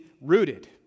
Rooted